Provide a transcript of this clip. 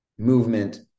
movement